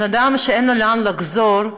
בן-אדם שאין לו לאן לחזור,